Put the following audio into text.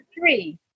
three